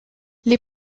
les